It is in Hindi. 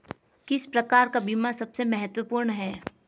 किस प्रकार का बीमा सबसे महत्वपूर्ण है?